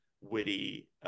witty